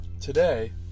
today